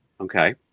Okay